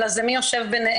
אלא זה מי שיושב ביניהם,